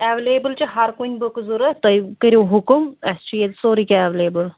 available چھِ ہر کُنہِ بُکہٕ ضروٗرت تُہۍ کٔرِو حُکُم اَسہِ چھِ ییٚتہِ سورُے کیٚنٛہہ ایٚویلیبُل